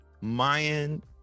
mayan